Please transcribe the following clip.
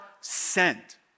sent